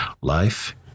Life